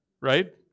right